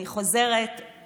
אני חוזרת,